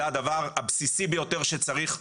זה הדבר הבסיסי ביותר שצריך.